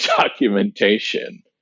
documentation